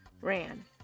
ran